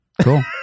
cool